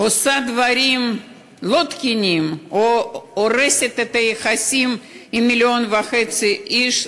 עושה דברים לא תקינים או הורסת את היחסים עם 1.5 מיליון איש,